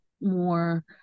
more